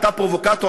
אתה פרובוקטור,